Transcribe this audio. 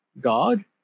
God